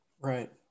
Right